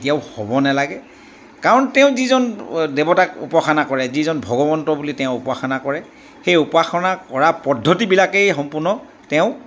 কেতিয়াও হ'ব নেলাগে কাৰণ তেওঁ যিজন দেৱতাক উপাসনা কৰে যিজন ভগৱন্ত বুলি তেওঁ উপাসনা কৰে সেই উপাসনা কৰা পদ্ধতিবিলাকেই সম্পূৰ্ণ তেওঁ